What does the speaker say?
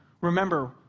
remember